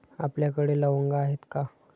आपल्याकडे लवंगा आहेत का?